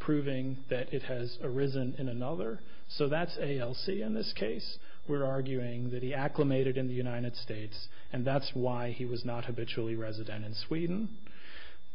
proving that it has arisen in another so that's a l c in this case we're arguing that he acclimated in the united states and that's why he was not habitually resident in sweden